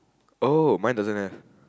oh my doesn't have